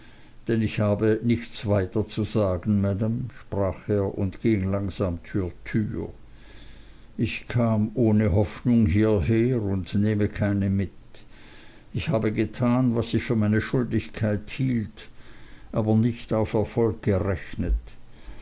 denn ich habe nichts weiter zu sagen maam sprach er und ging langsam zur tür ich kam ohne hoffnung hierher und nehme keine mit ich habe getan was ich für meine schuldigkeit hielt aber nicht auf erfolg gerechnet